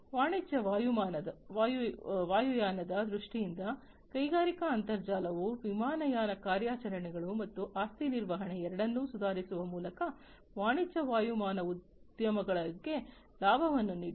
ವಾಣಿಜ್ಯ ವಾಯುಯಾನದ ದೃಷ್ಟಿಯಿಂದ ಕೈಗಾರಿಕಾ ಅಂತರ್ಜಾಲವು ವಿಮಾನಯಾನ ಕಾರ್ಯಾಚರಣೆಗಳು ಮತ್ತು ಆಸ್ತಿ ನಿರ್ವಹಣೆ ಎರಡನ್ನೂ ಸುಧಾರಿಸುವ ಮೂಲಕ ವಾಣಿಜ್ಯ ವಾಯುಯಾನ ಉದ್ಯಮಗಳಿಗೆ ಲಾಭವನ್ನು ನೀಡಿದೆ